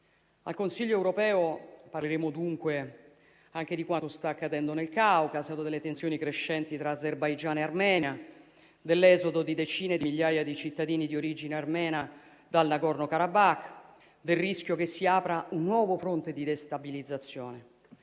Al Consiglio europeo parleremo dunque anche di quanto sta accadendo nel Caucaso, delle tensioni crescenti tra Azerbaigian e Armenia, dell'esodo di decine di migliaia di cittadini di origine armena dal Nagorno Karabakh, del rischio che si apra un nuovo fronte di destabilizzazione.